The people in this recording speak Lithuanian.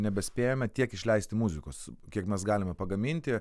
nebespėjame tiek išleisti muzikos kiek mes galime pagaminti